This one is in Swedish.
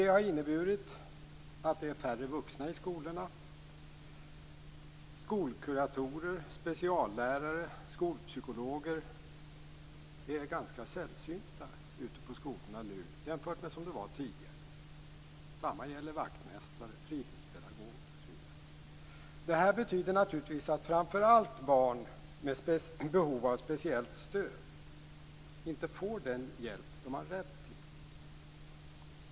Det har inneburit att det är färre vuxna i skolorna. Skolkuratorer, speciallärare och skolpsykologer är ganska sällsynta ute på skolorna nu jämfört med tidigare. Detsamma gäller vaktmästare, fritidspedagoger osv. Detta betyder naturligtvis att framför allt barn med behov av speciellt stöd inte får den hjälp de har rätt till.